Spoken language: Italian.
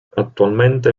attualmente